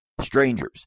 Strangers